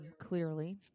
Clearly